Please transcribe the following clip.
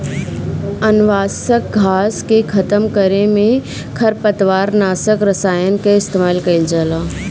अनावश्यक घास के खतम करे में खरपतवार नाशक रसायन कअ इस्तेमाल कइल जाला